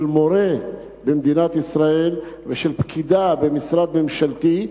מורה במדינת ישראל ושל פקידה במשרד ממשלתי,